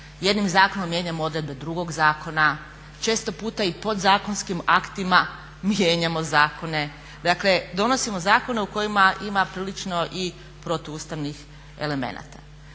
jednim zakonom mijenjamo odredbe drugog zakona, često puta i podzakonskim aktima mijenjamo zakone. Dakle donosimo zakone u kojima ima prilično i protuustavnih elemenata.